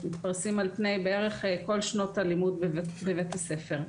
מתפרסים על פני בערך כל שנות הלימוד בבית הספר.